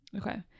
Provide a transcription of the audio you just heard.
okay